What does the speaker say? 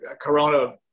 Corona